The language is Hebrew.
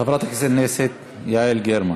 חברת הכנסת יעל גרמן,